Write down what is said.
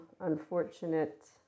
unfortunate